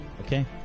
Okay